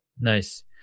nice